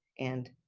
and,